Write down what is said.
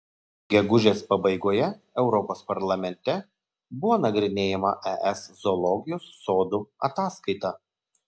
gegužės pabaigoje europos parlamente buvo nagrinėjama es zoologijos sodų ataskaita